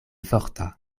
forta